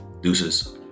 Deuces